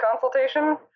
consultation